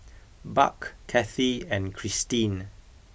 Buck Cathi and Kristine